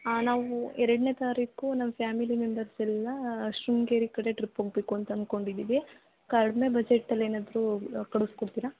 ಹಾಂ ನಾವು ಎರಡನೇ ತಾರೀಕು ನಾವು ಫ್ಯಾಮಿಲಿ ಮೆಂಬರ್ಸ್ ಎಲ್ಲ ಶೃಂಗೇರಿ ಕಡೆ ಟ್ರಿಪ್ ಹೋಗ್ಬೇಕು ಅಂತ ಅನ್ಕೊಂಡಿದೀವಿ ಕಡಿಮೆ ಬಜೆಟಲ್ಲಿ ಏನಾದರೂ ಕಳಿಸ್ಕೊಡ್ತಿರ